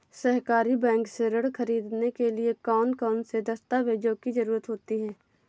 सहकारी बैंक से ऋण ख़रीदने के लिए कौन कौन से दस्तावेजों की ज़रुरत होती है?